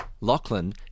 Lachlan